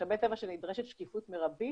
משאבי טבע שנדרשת שקיפות מרבית